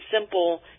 simple